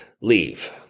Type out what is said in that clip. leave